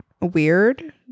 weird